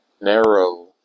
Narrow